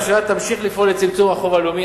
הממשלה תמשיך לפעול לצמצום החוב הלאומי